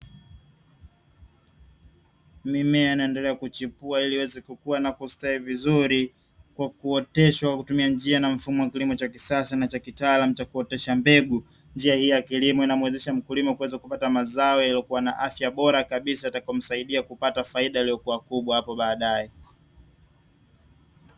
Mimea inaendelea kuchipua ili uweze kukua na kustawi vizuri kwa kuoteshwa kwa kutumia njia na mfumo wa kilimo cha kisasa na cha kitaalamu cha kuotesha mbegu. Njia hii ya kilimo inamwezesha mkulima kuweza kupata mazao yaliyokuwa na afya bora kabisa yatakayomsaidia kupata faida iliyokuwa kubwa hapo baadaye.